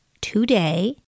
today